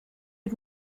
had